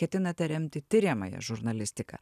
ketinate remti tiriamąją žurnalistiką